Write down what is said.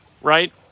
right